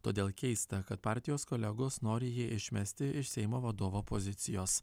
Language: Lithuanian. todėl keista kad partijos kolegos nori jį išmesti iš seimo vadovo pozicijos